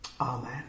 amen